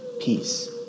peace